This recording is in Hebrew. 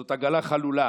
זאת עגלה חלולה.